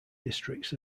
districts